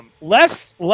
Less